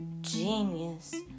genius